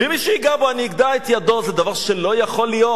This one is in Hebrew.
ומי שייגע בו אני אגדע את ידו" זה דבר שלא יכול להיות.